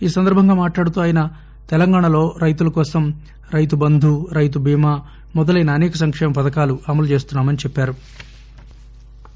ఈ సందర్బంగా మాట్లాడుతూ ఆయన తెలంగాణలో రైతులకోసం రైతుబంధు రైతుబీమా మొదలైన అసేక సంకేమ పథకాలు అమలు చేస్తున్నా మని చెప్పారు